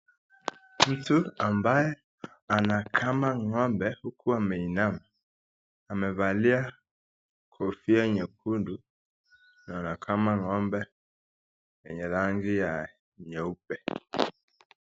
Mtu ambaye anakama ng'ombe uku ameinama. Amevalia kofia nyekundu na anakama ng'ombe yenye rangi ya nyeupe.